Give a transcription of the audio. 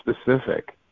specific